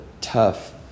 tough